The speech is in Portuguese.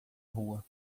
rua